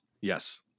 yes